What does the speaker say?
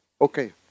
okay